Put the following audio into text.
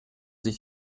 sich